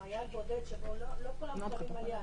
חייל בודד, לא כולם עושים עלייה.